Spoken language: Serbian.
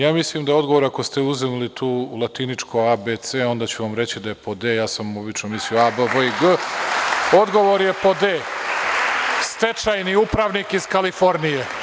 Ja mislim da je odgovor ako ste uzeli tu latiničku a), b) i c), onda ću vam reći da je pod d), ja sam obično mislio a), b), v) i g), odgovor je pod d), stečajni upravnik iz Kalifornije.